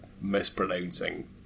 mispronouncing